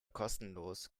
kostenlos